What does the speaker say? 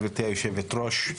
גברתי היושבת-ראש,